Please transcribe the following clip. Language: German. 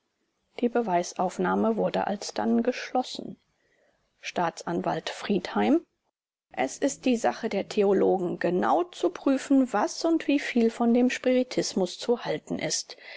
die beweisaufnahme wurde alsdann geschlossen staatsanwalt friedheim es ist sache der theologen gen zu prüfen was und wieviel von dem spiritismus zu halten ist